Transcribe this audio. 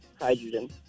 Hydrogen